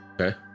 okay